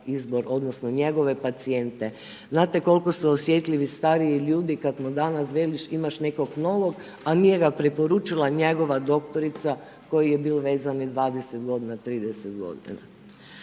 izbor, odnosno njegove pacijente. Znate koliko su osjetljivi stariji ljudi kada mu danas veliš imaš nekog novog a nije ga preporučila njegova doktorica uz koju je bio vezan 20 godina, 30 godina.